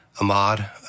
Ahmad